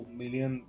million